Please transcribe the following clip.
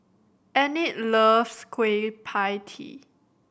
Enid loves Kueh Pie Tee